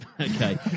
Okay